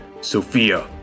Sophia